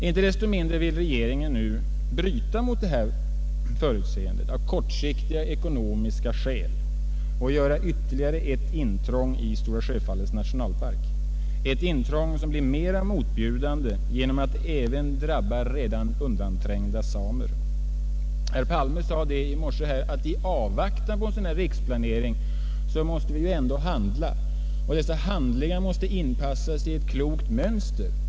Inte desto mindre vill regeringen av kortsiktiga ekonomiska skäl bryta mot detta förutseende och göra ytterligare ett intrång i Stora Sjöfallets nationalpark, ett intrång som blir mera motbjudande på grund av att det även drabbar redan undanträngda samer. Herr Palme sade i morse att i avvaktan på en riksplanering måste vi ändå handla, och dessa handlingar måste inpassas i ett klokt, långsiktigt mönster.